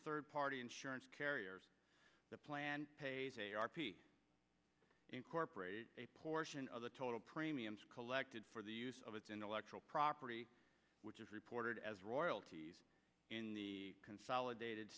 ird party insurance carrier the plan incorporated a portion of the total premiums collected for the use of its intellectual property which is reported as royalties in the consolidated